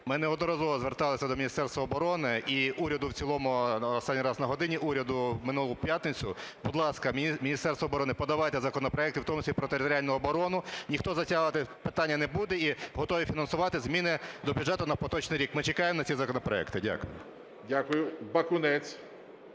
Ми неодноразово зверталися до Міністерства оборони і уряду в цілому, останній раз на "годині Уряду" в минулу п'ятницю. Будь ласка, Міністерство оборони, подавайте законопроекти, в тому числі про територіальну оборону, ніхто затягувати питання не буде і готові фінансувати зміни до бюджету на поточний рік. Ми чекаємо на ці законопроекти. Дякую. ГОЛОВУЮЧИЙ. Дякую. Бакунець.